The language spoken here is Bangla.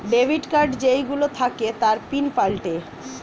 ডেবিট কার্ড যেই গুলো থাকে তার পিন পাল্টায়ে